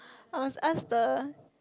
uh must ask the